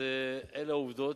אז אלה העובדות,